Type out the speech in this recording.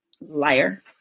Liar